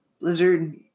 Blizzard